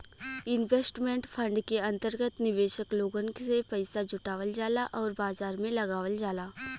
investment fund के अंतर्गत निवेशक लोगन से पइसा जुटावल जाला आउर बाजार में लगावल जाला